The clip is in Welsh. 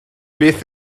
beth